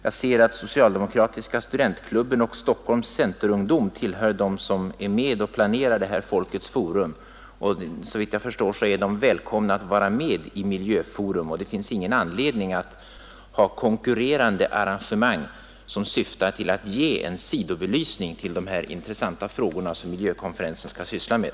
Jag ser att socialdemokratiska studentklubben och Stockholms centerungdom är med om att planera Folkets forum. Såvitt jag förstår är också de välkomna att vara med i Miljöforum. Det finns all anledning att stödja detta arrangemang som syftar till att ge en sidobelysning åt de intressanta frågor som miljövårdskonferensen skall syssla med.